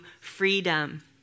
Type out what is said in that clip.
freedom